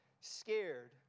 scared